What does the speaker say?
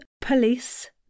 Police